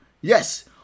Yes